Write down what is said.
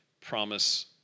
promise